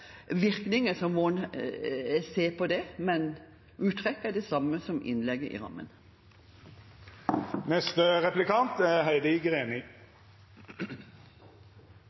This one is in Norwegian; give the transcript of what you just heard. virkninger, må en se på det. Men uttrekket er det samme som innlegget i rammen.